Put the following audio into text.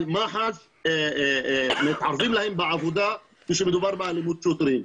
אבל מח"ש מתערבים להם בעבודה כשמדובר באלימות שוטרים.